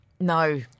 No